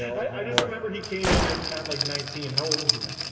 i just remember he came in and at like nineteen. how old is you know